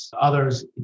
others